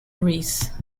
greece